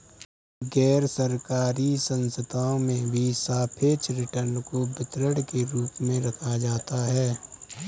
गैरसरकारी संस्थाओं में भी सापेक्ष रिटर्न को वितरण के रूप में रखा जाता है